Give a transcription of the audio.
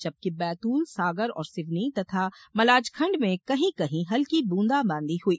जबकि बैतूल सागर और सिवनी तथा मलाजखंड में कहीं कहीं हल्की ब्रूंदाबांदी हुई